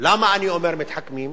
למה אני אומר מתחכמים?